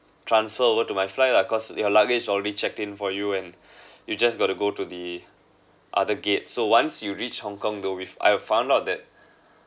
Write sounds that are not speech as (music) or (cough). transfer over to my flight ah cause your luggage's already checked in for you and (breath) you just got to go to the other gate so once you reach hong -Kong though with I've found out that